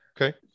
Okay